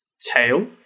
tail